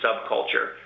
subculture